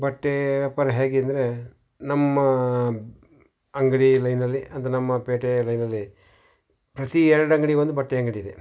ಬಟ್ಟೆ ವ್ಯಾಪಾರ ಹೇಗ್ ಎಂದರೆ ನಮ್ಮ ಅಂಗಡಿ ಲೈನಲ್ಲಿ ಅದು ನಮ್ಮ ಪೇಟೆ ಲೈನಲ್ಲಿ ಪ್ರತಿ ಎರಡು ಅಂಗ್ಡಿಗೊಂದು ಬಟ್ಟೆ ಅಂಗಡಿ ಇದೆ